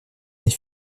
mais